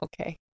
Okay